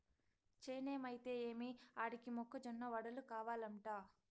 చేనేమైతే ఏమి ఆడికి మొక్క జొన్న వడలు కావలంట